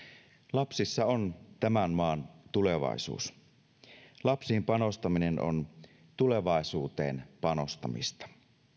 lapsissa on tämän maan tulevaisuus lapsiin panostaminen on tulevaisuuteen panostamista